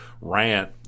rant